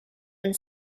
and